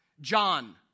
John